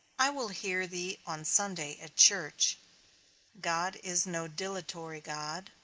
i will hear thee on sunday at church god is no dilatory god,